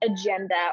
agenda